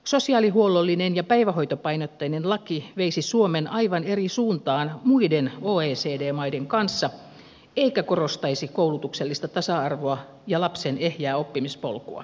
sosiaalihuollollinen ja päivähoitopainotteinen laki veisi suomen aivan eri suuntaan muiden oecd maiden kanssa eikä korostaisi koulutuksellista tasa arvoa ja lapsen ehjää oppimispolkua